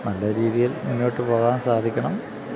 നല്ല രീതിയിൽ മുന്നോട്ട് പോകാൻ സാധിക്കണം